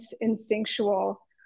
instinctual